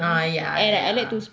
ah ya ya